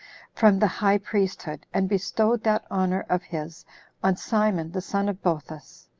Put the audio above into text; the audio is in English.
from the high priesthood, and bestowed that honor of his on simon the son of boethus,